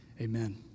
Amen